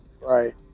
Right